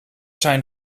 zijn